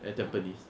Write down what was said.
at tampines